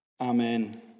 Amen